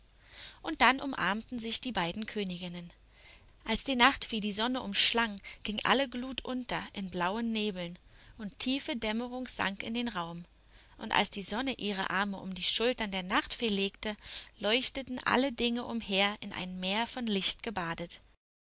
und dann umarmten sich die beiden königinnen als die nachtfee die sonne umschlang ging alle glut unter in blauen nebeln und tiefe dämmerung sank in den raum und als die sonne ihre arme um die schultern der nachtfee legte leuchteten alle dinge umher in ein meer von licht gebadet